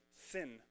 sin